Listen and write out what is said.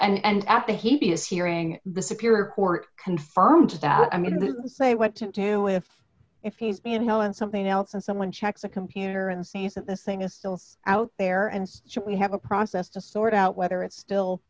order and after he is hearing the superior court confirmed that i'm going to say what to do if if he's being held on something else and someone checks a computer and sees that this thing is still out there and should we have a process to sort out whether it's still